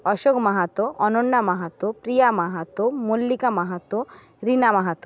Ashok Mahato Ananya Mahato Priya Mahato Mallika Mahato Rina Mahato